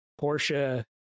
Porsche